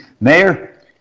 Mayor